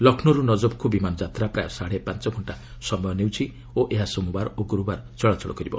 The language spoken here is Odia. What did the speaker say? ଲକ୍ଷ୍ମୌରୁ ନଜଫ୍କୁ ବିମାନ ଯାତ୍ରା ପ୍ରାୟ ସାଢ଼େ ପାଞ୍ଚ ଘଣ୍ଟା ସମୟ ନେବ ଓ ଏହା ସୋମବାର ଓ ଗୁରୁବାର ଚଳାଚଳ କରିବ